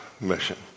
mission